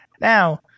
Now